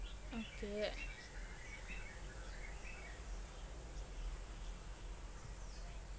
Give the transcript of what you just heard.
okay